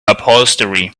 upholstery